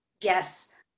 Yes